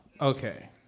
okay